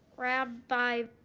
rabbi